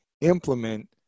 implement